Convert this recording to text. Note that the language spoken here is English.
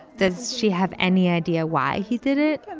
does she have any idea why he did it?